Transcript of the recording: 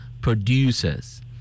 producers